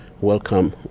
welcome